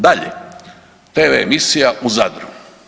Dalje, tv emisija u Zadru.